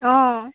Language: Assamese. অঁ